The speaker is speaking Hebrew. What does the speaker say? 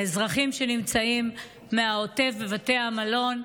לאזרחים מהעוטף שנמצאים בבתי המלון,